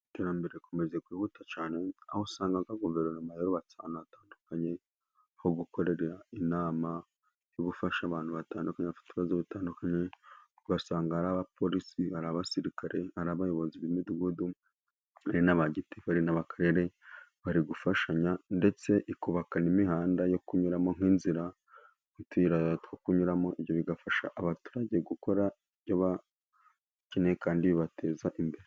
Iterambere rikomeje kwihuta cyane, aho usanga guverinoma yarubatse ahantu hatandukanye ho gukorera inama, yo gufasha abantu batandukanye bafite ibibazo bitandukanye. Ugasanga ari abapolisi, ari abasirikare, ari abayobozi b'imidugudu, ari na ba gitifu, ari n'akarere, bari gufashanya. Ndetse ikubaka n'imihanda yo kunyuramo, nk'inzira, utuyira two kunyuramo. Ibyo bigafasha abaturage gukora ibyo bakeneye kandi bibateza imbere.